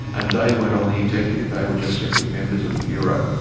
and they weren't on the executive, they were just simply members of the bureau.